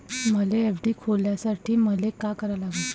मले एफ.डी खोलासाठी मले का करा लागन?